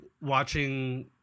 watching